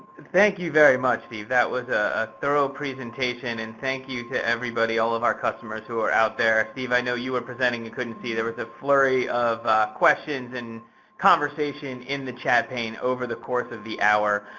thank you very much, steve. that was a thorough presentation. and thank you to everybody, all of our customers who are out there. steve, i know you were presenting, you couldn't see, there was a flurry of questions and conversation in the chat pane over the course of the hour.